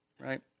right